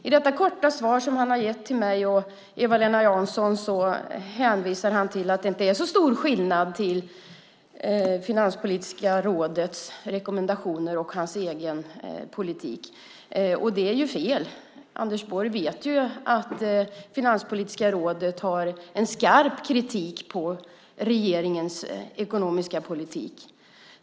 I detta korta svar som han har gett till mig och Eva-Lena Jansson hänvisar han till att det inte är så stor skillnad mellan Finanspolitiska rådets rekommendationer och hans egen politik. Det är ju fel. Anders Borg vet att Finanspolitiska rådet har en skarp kritik mot regeringens ekonomiska politik.